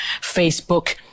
Facebook